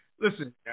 listen